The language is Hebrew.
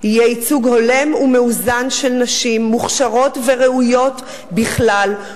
יהיה ייצוג הולם ומאוזן של נשים מוכשרות וראויות בקידום